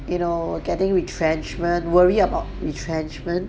you know getting retrenchment worry about retrenchment